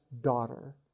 daughter